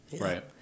Right